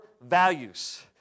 values